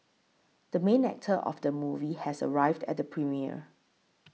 the main actor of the movie has arrived at the premiere